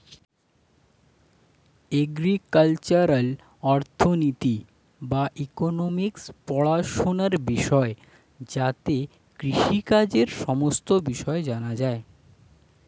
agricultural অর্থনীতি বা economics পড়াশোনার বিষয় যাতে কৃষিকাজের সমস্ত বিষয় জানা যায়